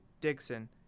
Dixon